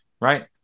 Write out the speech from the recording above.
right